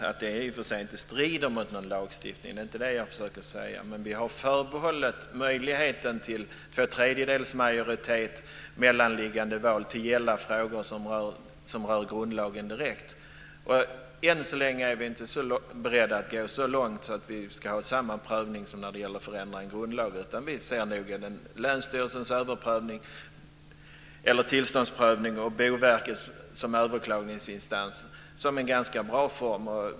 Det strider i och för sig inte mot någon lagstiftning, och det är inte det jag försöker säga, men vi har förbehållet att beslut med två tredjedels majoritet med mellanliggande val ska gälla frågor som rör grundlagen direkt. Än så länge är vi inte beredda att gå så långt som att föreslå att samma prövning ska ske här som när det gäller förändringar i grundlagen, utan vi ser nog länsstyrelsernas tillståndsprövning med Boverket som överklagningsinstans som en ganska bra form.